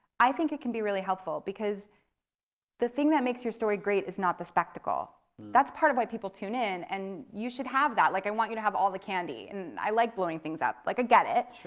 i think it can be really helpful, because the thing that makes your story great is not the spectacle. that's part of why people tune in and you should have that. like i want you to have all the candy and i like blowing things up. i like get it.